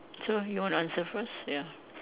so you want to answer first ya